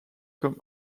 comme